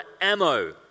ammo